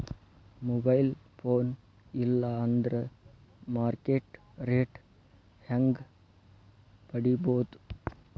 Mobile phone ಇಲ್ಲಾ ಅಂದ್ರ market rate ಹೆಂಗ್ ಪಡಿಬೋದು?